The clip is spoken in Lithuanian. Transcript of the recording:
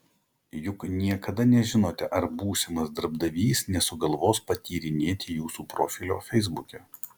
juk niekada nežinote ar būsimas darbdavys nesugalvos patyrinėti jūsų profilio feisbuke